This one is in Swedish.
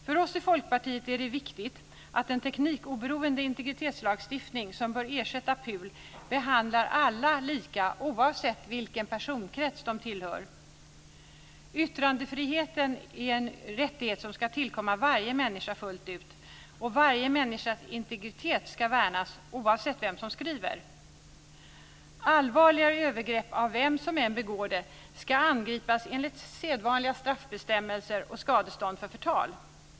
För oss i Folkpartiet är det viktigt att den teknikoberoende integritetslagstiftning som bör ersätta PUL behandlar alla lika, oavsett vilken personkrets de tillhör. Yttrandefriheten är en rättighet som ska tillkomma varje människa fullt ut. Varje människas integritet ska värnas, oavsett vem som skriver. Allvarligare övergrepp, av vem som än begår dem, ska angripas enligt sedvanliga straffbestämmelser och skadestånd ska tilldömas för förtal.